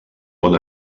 bon